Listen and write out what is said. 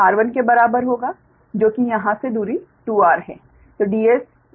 तो Ds r1 के बराबर होगा जो कि यहां से दूरी 2 r है